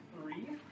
three